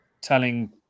telling